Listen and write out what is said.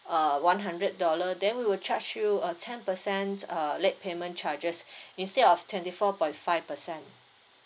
uh one hundred dollar then we would charge you a ten percent uh late payment charges instead of twenty four point five percent